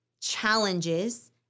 challenges